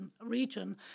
region